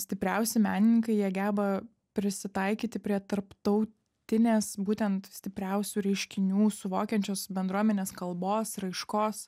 stipriausi menininkai jie geba prisitaikyti prie tarptautinės būtent stipriausių reiškinių suvokiančios bendruomenės kalbos raiškos